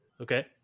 Okay